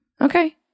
Okay